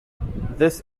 this